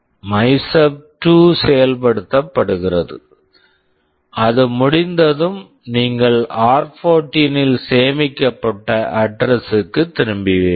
மைசப்2 MYSUB2 செயல்படுத்தப்படுகிறது அது முடிந்ததும் நீங்கள் ஆர்14 r14 இல் சேமிக்கப்பட்ட அட்ரஸ் address க்குத் திரும்புவீர்கள்